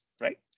right